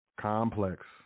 complex